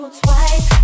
twice